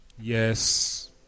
yes